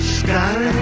sky